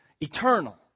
eternal